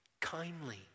kindly